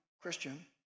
Christian